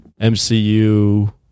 MCU